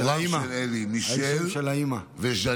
הוריו של אלי, מישל וז'נבייב?